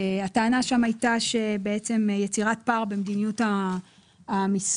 הטענה שם הייתה שיצירת פער במדיניות המיסוי